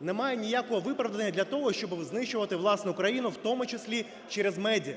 Нема ніякого виправдання для того, щоби знищувати власну країну, в тому числі через медіа.